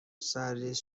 سرریز